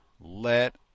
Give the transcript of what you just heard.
Let